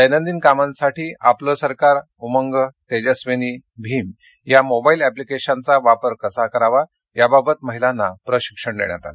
दक्तििन कामांसाठी आपले सरकार उमंग तेजस्विनी भिम या मोबाईल एप्लिकेशनचा वापर कसा करावा याबाबत महिलांना यावेळी प्रशिक्षण देण्यात आलं